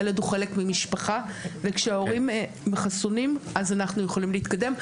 ילד הוא חלק ממשפחה וכשהורים חסונים אז אנחנו יכולים להתקדם.